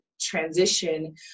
transition